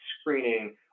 screening